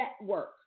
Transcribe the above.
network